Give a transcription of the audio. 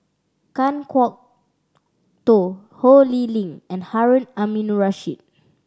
Kan Kwok Toh Ho Lee Ling and Harun Aminurrashid